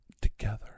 together